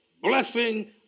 Blessing